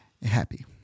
Happy